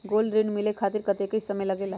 Gold ऋण मिले खातीर कतेइक समय लगेला?